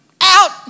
out